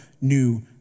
new